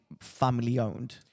family-owned